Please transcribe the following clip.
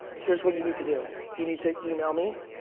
here's what you need to do. you need to email me.